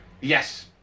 Yes